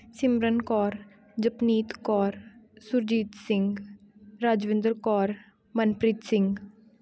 Simran Kaur Japneet Kaur Surjit Singh Rajvinder Kaur Manpreet Singh